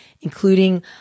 including